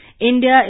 India